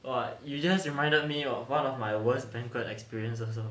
!wah! you just reminded me of one of my worst banquet experience also